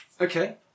Okay